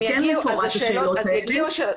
זה כן מפורט בשאלות האלה.